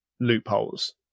loopholes